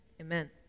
Amen